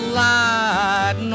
light